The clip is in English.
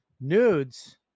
Nudes